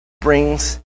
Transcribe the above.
brings